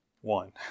one